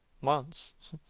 months!